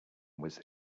was